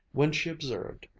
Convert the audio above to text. when she observed,